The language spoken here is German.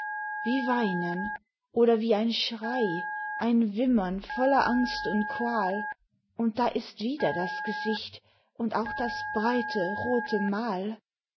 wie weinen oder wie ein schrei ein wimmern voller angst und qual und da ist wieder das gesicht und auch das breite rote mal